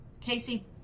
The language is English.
Casey